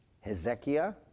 Hezekiah